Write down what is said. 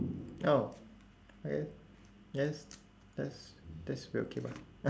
oh I guess that's that's weird okay but